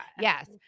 Yes